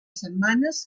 setmanes